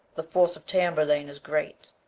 the force of tamburlaine is great,